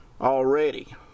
already